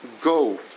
go